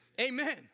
Amen